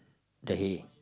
the hay